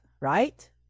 right